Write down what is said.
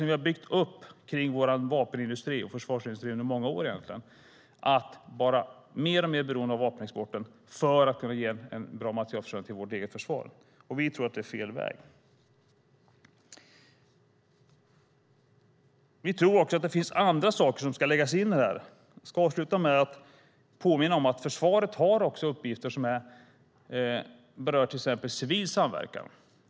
Vi har byggt upp vår vapen och försvarsindustri under många år och blivit mer och mer beroende av vapenexporten för att kunna bidra till en bra materielförsörjning till vårt försvar. Vi tror att det är fel väg. Vi tror också att det finns andra saker som ska läggas in här. Jag ska avsluta med att påminna om att försvaret har uppgifter som berör till exempel civil samverkan.